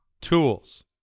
tools